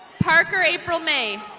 parker april may.